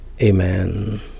Amen